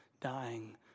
dying